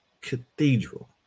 cathedral